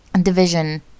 division